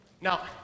Now